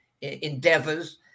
endeavors